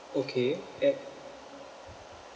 okay at